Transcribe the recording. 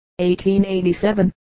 1887